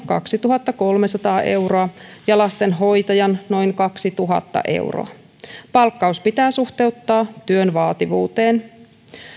kaksituhattakolmesataa euroa ja lastenhoitajan noin kaksituhatta euroa palkkaus pitää suhteuttaa työn vaativuuteen